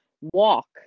walk